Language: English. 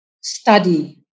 study